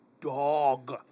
dog